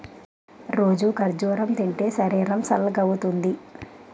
రోజూ ఖర్జూరం తింటే శరీరం సల్గవుతుంది